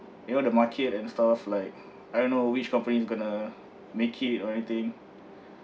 you know the market and stuff like I don't know which company is going to make it or anything